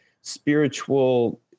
spiritual